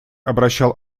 обращал